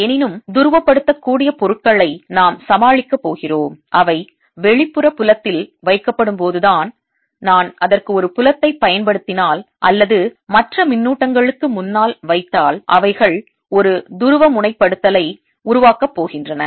எனினும் துருவப்படுத்தக்கூடிய பொருட்களை நாம் சமாளிக்க போகிறோம் அவை வெளிப்புற புலத்தில் வைக்கப்படும் போதுதான் நான் அதற்கு ஒரு புலத்தைப் பயன்படுத்தினால் அல்லது மற்ற மின்னூட்டங்களுக்கு முன்னால் வைத்தால் அவைகள் ஒரு துருவமுனைப்படுத்தலை உருவாக்கப் போகின்றன